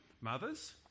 Mothers